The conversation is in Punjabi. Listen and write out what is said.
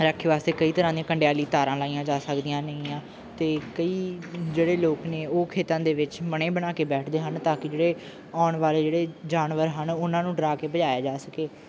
ਰਾਖੀ ਵਾਸਤੇ ਕਈ ਤਰ੍ਹਾਂ ਦੀਆਂ ਕੰਡਿਆਲੀ ਤਾਰਾਂ ਲਾਈਆਂ ਜਾ ਸਕਦੀਆਂ ਨੇਗੀਆਂ ਅਤੇ ਕਈ ਜਿਹੜੇ ਲੋਕ ਨੇ ਉਹ ਖੇਤਾਂ ਦੇ ਵਿੱਚ ਮਣੇ ਬਣਾ ਕੇ ਬੈਠਦੇ ਹਨ ਤਾਂ ਕਿ ਜਿਹੜੇ ਆਉਣ ਵਾਲੇ ਜਿਹੜੇ ਜਾਨਵਰ ਹਨ ਉਹਨਾਂ ਨੂੰ ਡਰਾ ਕੇ ਭਜਾਇਆ ਜਾ ਸਕੇ